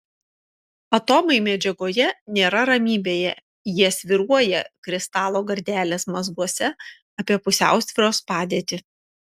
atomai medžiagoje nėra ramybėje jie svyruoja kristalo gardelės mazguose apie pusiausvyros padėtį